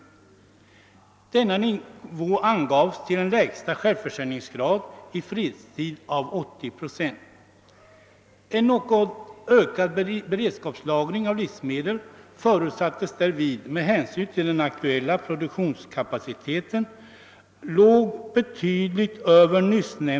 Denna nivå angavs till en lägsta självförsörjningsgrad i fredstid av 80 procent. En ökad beredskapslagring av livsmedel förutsattes därvid.